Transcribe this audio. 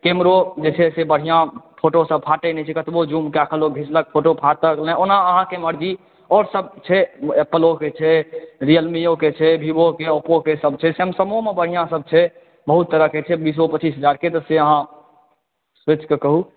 कैमरो जे छै से बढ़िआँ फ़ोटोसभ फाटै नहि छै कतबौ ज़ूम कए कऽ लोक घींचलक फ़ोटो फाटल नहि ओना अहाँके मर्ज़ी आओरसभ छै ऐपलओक छै रियल मीओक छै वीवोक ओप्पोक सैमसंगोमे बढ़िआँसभ छै बहुत तरहके छै बीसो पच्चीस हज़ारके से अहाँ सोचिके कहूँ